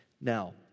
Now